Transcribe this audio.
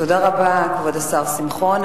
תודה רבה, כבוד השר שמחון.